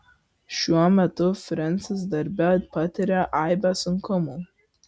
šiuo metu frensis darbe patiria aibę sunkumų